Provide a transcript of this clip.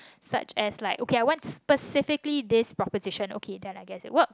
such as like okay I want specifically this proposition okay then I guess it works